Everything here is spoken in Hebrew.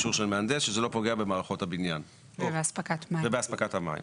אישור של מהנדס שזה לא פוגע במערכות הבניין ובאספקת המים.